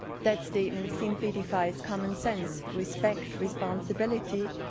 that statement simply defies common sense, respect, responsibility,